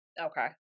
Okay